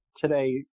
today